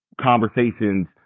conversations